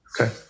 Okay